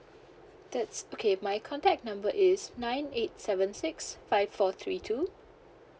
that's okay my contact number is nine eight seven six five four three two